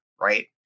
right